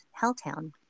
Helltown